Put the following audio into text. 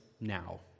now